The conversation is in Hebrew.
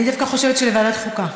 אני דווקא חושבת שלוועדת החוקה.